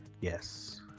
yes